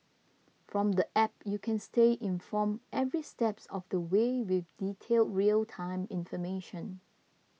from the app you can stay informed every steps of the way with detailed real time information